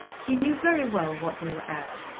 he knew very well what they were at,